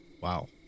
Wow